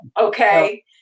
okay